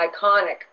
iconic